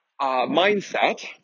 mindset